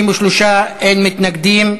אין מתנגדים.